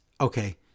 Okay